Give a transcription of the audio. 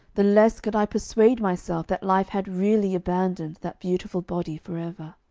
the less could i persuade myself that life had really abandoned that beautiful body for ever.